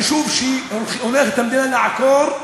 היישוב שהמדינה הולכת לעקור,